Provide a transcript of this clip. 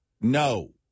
no